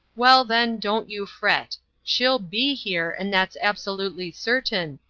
well, then, don't you fret she'll be here, and that's absolutely certain,